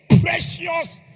Precious